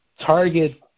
Target